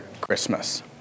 Christmas